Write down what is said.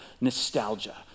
nostalgia